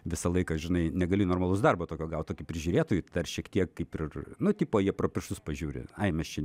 visą laiką žinai negali normalus darbo tokio gaut tokiu prižiūrėtoju dar šiek tiek kaip ir nu tipo jie pro pirštus pažiūri ai mes čia